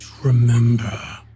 remember